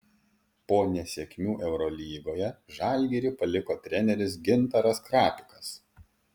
po nesėkmių eurolygoje žalgirį paliko treneris gintaras krapikas